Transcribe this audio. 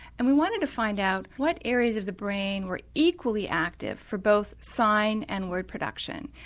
and we wanted to find out what areas of the brain were equally active for both sign and word production.